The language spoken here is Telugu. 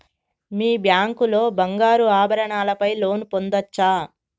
మీ బ్యాంక్ లో బంగారు ఆభరణాల పై లోన్ పొందచ్చా?